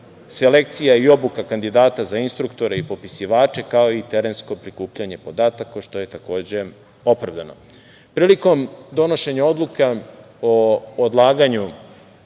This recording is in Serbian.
selekcija i obuka kandidata za instruktore i popisivače, kao i terensko prikupljanje podataka, što je, takođe, opravdano. Prilikom donošenja odluka o odlaganju